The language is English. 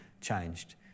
changed